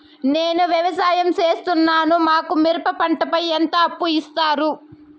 నేను వ్యవసాయం సేస్తున్నాను, మాకు మిరప పంటపై ఎంత అప్పు ఇస్తారు